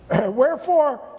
Wherefore